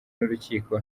n’urukiko